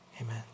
amen